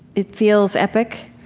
it feels epic,